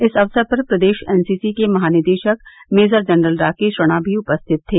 इस अवसर पर प्रदेश एनसीसी के महानिदेशक मेजर जनरल राकेश राणा भी उपस्थित थे